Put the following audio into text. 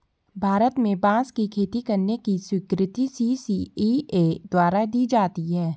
भारत में बांस की खेती करने की स्वीकृति सी.सी.इ.ए द्वारा दी जाती है